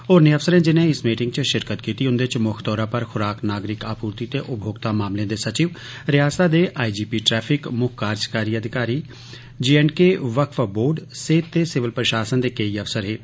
होरनें अफसरें जिनें इस मीटिंग च शिरकत कीती उन्दे च मुक्ख तौरा पर खुराक नागरिक आपूर्ति ते उपभोक्ता मामलें दे सचिव रियास्तै दे आई जी पी ट्रैफिक मुक्ख कार्जकारी अफसर जम्मू एंड कश्मीर वक्फ बोर्ड सेहत ते सिविल प्रशासन दे केई अफसर शामल हे